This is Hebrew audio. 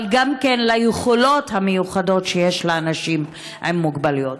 אבל גם ליכולות המיוחדות שיש לאנשים עם מוגבלויות.